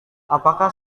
apakah